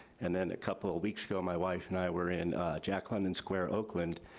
and then a couple of weeks ago, my wife and i were in jack london square, oakland,